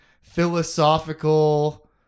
philosophical